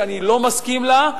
שאני לא מסכים לה,